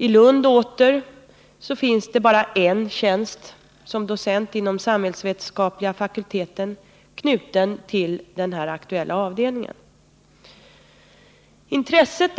I Lund finns bara en docenttjänst inom samhällsvetenskapliga fakulteten som är knuten till den här aktuella avdelningen. Intresset